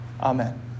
Amen